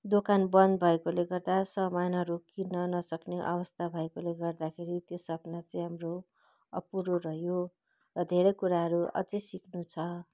दोकान बन्द भएकोले गर्दा सामानहरू किन्न नसक्ने अवस्था भएकोले गर्दाखेरि त्यो सपना चाहिँ हाम्रो अपुरो रह्यो धेरै कुराहरू अझै सिक्नु छ